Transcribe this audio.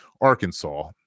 Arkansas